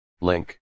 link